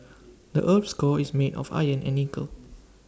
the Earth's core is made of iron and nickel